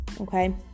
okay